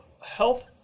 health